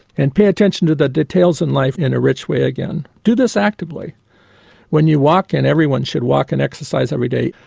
and pay attention to the details in life in a rich way again. do this actively when you walk, and everyone should walk and exercise every day,